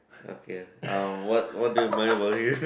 okay uh what what they mind about you